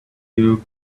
you